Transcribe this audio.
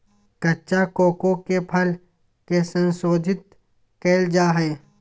कच्चा कोको के फल के संशोधित कइल जा हइ